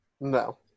No